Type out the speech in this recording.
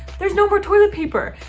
there's no more toilet paper.